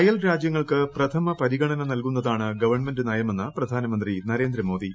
അയൽരാജ്യങ്ങൾക്ക് പ്രഥമ നൽകുന്നതാണ് ഗവൺമെന്റ് നയമെന്ന് പ്രധാനമന്ത്രി നരേന്ദ്രമോദി